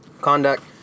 conduct